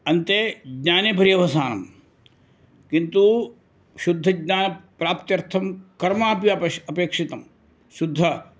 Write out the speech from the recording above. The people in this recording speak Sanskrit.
अन्ते ज्ञाने पर्यवसानं किन्तु शुद्धज्ञानप्राप्त्यर्थं कर्मापि अपश् अपेक्षितं शुद्धम्